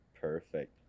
perfect